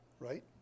right